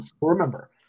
Remember